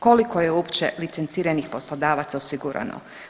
Koliko je uopće licenciranih poslodavaca osigurano?